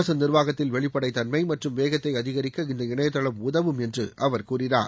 அரசு நிர்வாகத்தில் வெளிப்படைத் தன்மை மற்றும் வேகத்தை அதிகரிக்க இந்த இணையதளம் உதவும் என்று அவர் கூறினார்